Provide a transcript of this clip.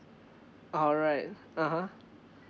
alright (uh huh)